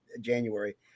January